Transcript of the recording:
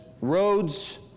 roads